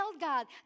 God